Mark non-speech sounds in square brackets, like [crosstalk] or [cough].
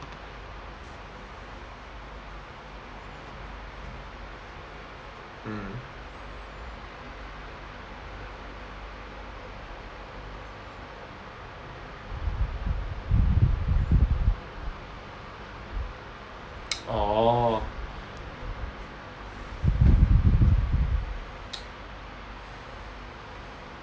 mm orh [noise]